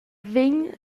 vegn